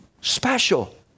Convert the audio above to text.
special